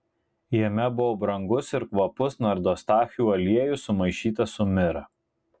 jame buvo brangus ir kvapus nardostachių aliejus sumaišytas su mira